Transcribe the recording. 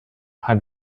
had